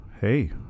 hey